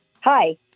Hi